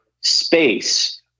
space